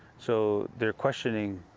so, the question and